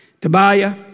Tobiah